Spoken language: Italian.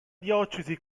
diocesi